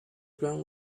ground